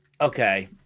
Okay